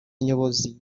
nyobozi